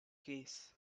case